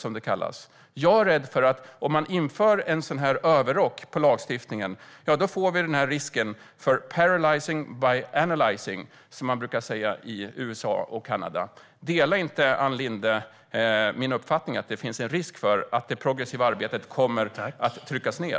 Om man inför en sådan här överrock på lagstiftningen är jag rädd för att man får en risk för paralyzing by analyzing, som man brukar säga i USA och Kanada. Delar inte Ann Linde min uppfattning att det finns en risk för att det progressiva arbetet kommer att tryckas ned?